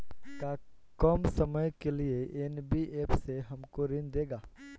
का कम समय के लिए एन.बी.एफ.सी हमको ऋण देगा?